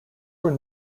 were